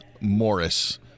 Morris